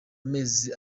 amezi